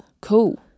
Cool